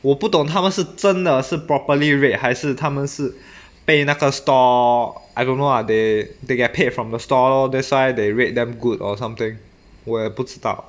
我不懂他们是真的是 properly rate 还是他们是被那个 store I don't know lah they they get paid from the store lor that's why they rate them good or something 我也不知道